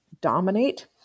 dominate